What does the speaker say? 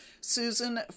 Susan